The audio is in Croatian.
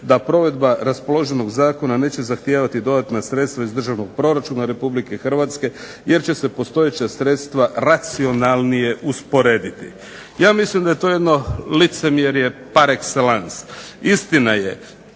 da provedba raspoloženog zakona neće zahtijevati dodatna sredstva iz državnog proračuna Republike Hrvatske jer će se postojeća sredstva racionalnije usporediti. Ja mislim da je to jedno licemjerje par excellance. Istina je